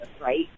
right